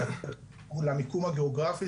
זה יכול להיות קשור למיקום הגיאוגרפי.